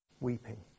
weeping